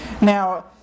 Now